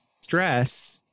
stress